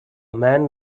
man